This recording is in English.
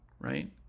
right